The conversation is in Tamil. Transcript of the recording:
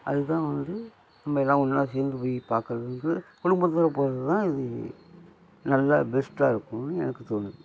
அது தான் வந்து நம்ம எல்லாம் ஒன்றா சேர்ந்து போய் பார்க்குறது வந்து குடும்பத்தோடய போகிறது தான் இது நல்லா பெஸ்ட்டாக இருக்கும்னு எனக்கு தோணுது